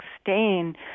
stain